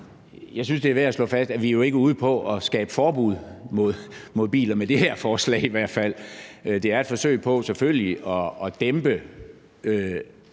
Jeg synes, det er værd at slå fast, at vi jo ikke er ude på at skabe forbud mod biler, i hvert fald ikke med det her forslag; det er et forsøg på, selvfølgelig, at dæmpe